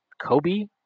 Kobe